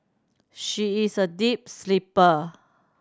she is a deep sleeper